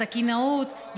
הסכינאות,